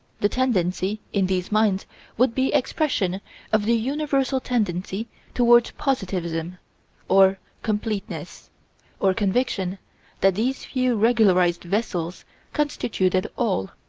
the tendency in these minds would be expression of the universal tendency toward positivism or completeness or conviction that these few regularized vessels constituted all.